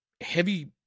heavy